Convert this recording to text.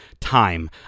time